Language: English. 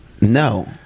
No